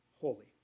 holy